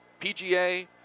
PGA